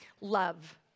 love